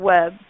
Web